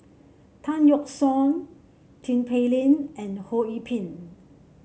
Tan Yeok Seong Tin Pei Ling and Ho Yee Ping